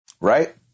Right